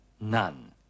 none